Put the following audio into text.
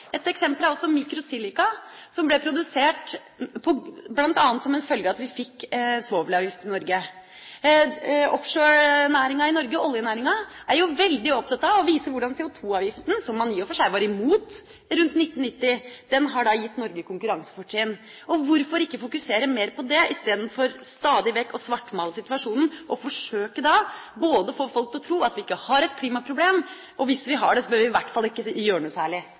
Et eksempel er også microsilica, som ble produsert bl.a. som en følge av at vi fikk svovelavgift i Norge. Offshorenæringa i Norge, oljenæringa, er veldig opptatt av å vise hvordan CO2-avgiften, som man i og for seg var imot rundt 1990, har gitt Norge konkurransefortrinn. Hvorfor ikke fokusere mer på det, istedenfor stadig vekk å svartmale situasjonen og forsøke å få folk til å tro vi ikke har et klimaproblem, og hvis vi har det, bør vi i hvert fall ikke gjøre noe særlig